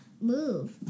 move